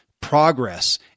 progress